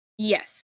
Yes